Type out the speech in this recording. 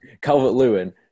Calvert-Lewin